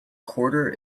quarter